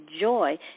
joy